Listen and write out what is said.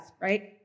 right